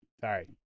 Sorry